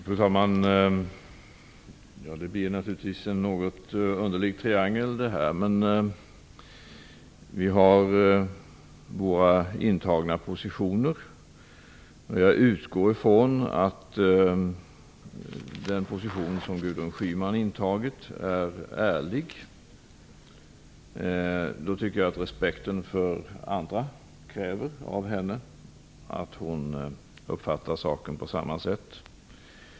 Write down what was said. Fru talman! Det blir naturligtvis en något underlig triangel här. Vi har intagit våra positioner. Jag utgår från att den position som Gudrun Schyman intagit är ärlig. I så fall tycker jag att respekten för andra kräver att hon uppfattar saken på samma sätt.